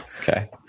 Okay